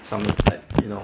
something you know